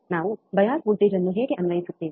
ನಾವು bias voltage ಅನ್ನು ಹೇಗೆ ಅನ್ವಯಿಸುತ್ತೇವೆ